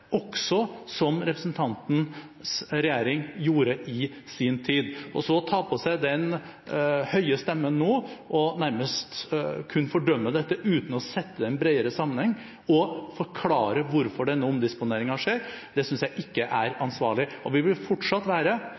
som også representantens regjering gjorde i sin tid. Så det å ta på seg den høye stemmen nå og nærmest kun fordømme dette uten å sette det i en bredere sammenheng og forklare hvorfor denne omdisponeringen skjer, synes jeg ikke er ansvarlig. Vi vil trolig fortsatt være